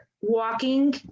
walking